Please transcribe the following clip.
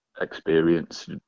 experience